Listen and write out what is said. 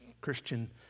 Christian